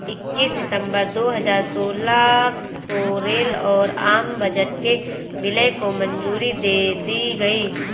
इक्कीस सितंबर दो हजार सोलह को रेल और आम बजट के विलय को मंजूरी दे दी गयी